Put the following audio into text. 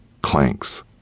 Clanks